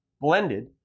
blended